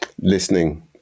Listening